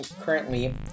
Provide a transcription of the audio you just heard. currently